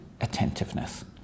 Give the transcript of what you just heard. attentiveness